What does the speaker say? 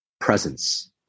presence